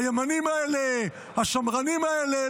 הימנים האלה, השמרנים האלה?